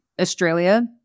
Australia